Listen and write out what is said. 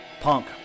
Punk